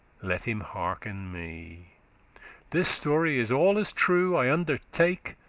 let him hearken me this story is all as true, i undertake,